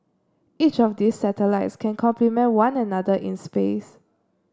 each of these satellites can complement one another in space